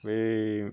बै